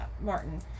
Martin